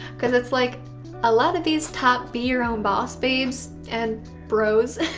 because it's like a lot of these top be your own boss babes and bros